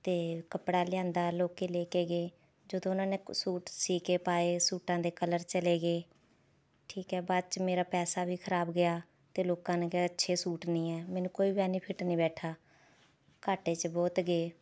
ਅਤੇ ਕੱਪੜਾ ਲਿਆਂਦਾ ਲੋਕ ਲੈ ਕੇ ਗਏ ਜਦੋਂ ਉਹਨਾਂ ਨੇ ਕ ਸੂਟ ਸਿਊਂ ਕੇ ਪਾਏ ਸੂਟਾਂ ਦੇ ਕਲਰ ਚਲੇ ਗਏ ਠੀਕ ਹੈ ਬਾਅਦ 'ਚ ਮੇਰਾ ਪੈਸਾ ਵੀ ਖ਼ਰਾਬ ਗਿਆ ਅਤੇ ਲੋਕਾਂ ਨੇ ਕਿਹਾ ਅੱਛੇ ਸੂਟ ਨਹੀਂ ਹੈ ਮੈਨੂੰ ਕੋਈ ਬੈਨੀਫਿਟ ਨਹੀਂ ਬੈਠਾ ਘਾਟੇ 'ਚ ਬਹੁਤ ਗਏ